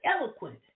eloquent